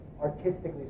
Artistically